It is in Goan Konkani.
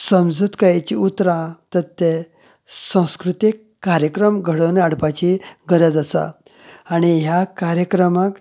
समजतकायेची उतरां तत्ते संस्कृतीक कार्यक्रम घडोवन हाडपाची गरज आसा आनी ह्या कार्यक्रमाक